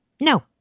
No